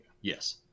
Yes